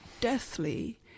deathly